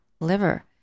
Liver